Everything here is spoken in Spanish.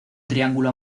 triángulo